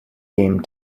game